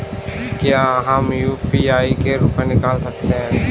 क्या हम यू.पी.आई से रुपये निकाल सकते हैं?